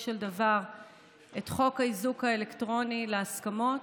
של דבר את חוק האיזוק האלקטרוני להסכמות,